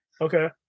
Okay